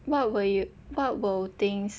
what were you what were things